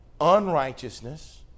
unrighteousness